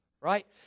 right